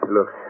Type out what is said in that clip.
Look